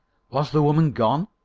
was the woman gone?